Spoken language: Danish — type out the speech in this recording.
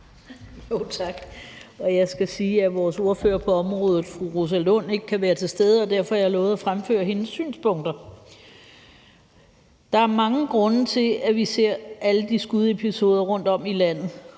Jeg skal sige, at vores ordfører på området, fru Rosa Lund, ikke kan være til stede, og derfor har jeg lovet at fremføre hendes synspunkter. Der er mange grunde til, at vi ser alle de skudepisoder rundtom i landet.